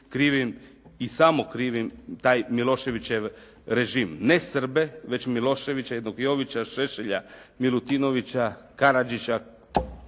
krivim i samo krivim taj Miloševićev režim. Ne Srbe, već Miloševića, jednog Jovića, Šešelja, Milutinovića, Karađića,